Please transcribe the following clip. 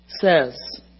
says